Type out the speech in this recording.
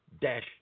dash